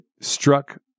struck